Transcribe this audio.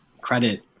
credit